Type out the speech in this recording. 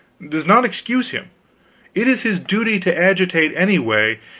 does not excuse him it is his duty to agitate anyway,